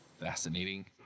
fascinating